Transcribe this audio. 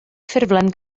ffurflen